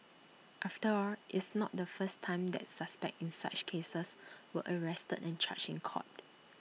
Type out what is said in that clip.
after all it's not the first time that suspects in such cases were arrested and charged in court